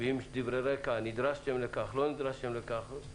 עם דברי רקע נדרשתם לכך, לא נדרשתם לכך.